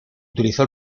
utilizó